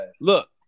Look